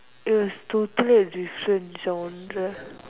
it was totally a different genre